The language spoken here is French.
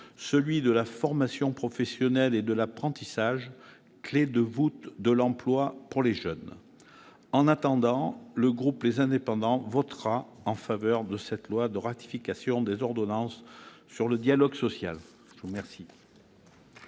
celui de la formation professionnelle et de l'apprentissage, clef de voûte de l'emploi des jeunes. En attendant, le groupe Les Indépendants votera en faveur de cette loi de ratification des ordonnances sur le dialogue social. La parole